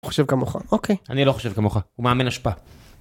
חושב כמוך, אוקיי אני לא חושב כמוך, הוא מאמן אשפה.